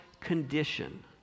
condition